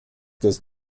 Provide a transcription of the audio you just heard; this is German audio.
dass